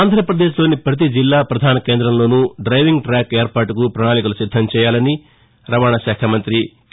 ఆంధ్రాపదేశ్లోని ప్రతి జిల్లా ప్రధాన కేంద్రంలోనూ డైవింగ్ టాక్ ఏర్పాటుకు ప్రణాళికలు సిద్దం చేయాలని రవాణా శాఖా మంతి కె